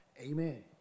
Amen